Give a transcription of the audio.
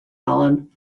alan